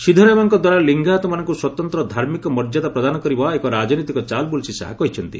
ସିଦ୍ଧରାମୟାଙ୍କ ଦ୍ୱାରା ଲିଙ୍ଗାୟତମାନଙ୍କୁ ସ୍ୱତନ୍ତ ଧାର୍ମିକ ମର୍ଯ୍ୟାଦା ପ୍ରଦାନ କରିବା ଏକ ରାଜନୈତିକ ଚାଲ ବୋଲି ଶ୍ରୀ ଶାହା କହିଛନ୍ତି